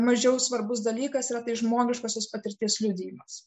mažiau svarbus dalykas yra tai žmogiškosios patirties liudijimas